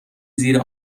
زیر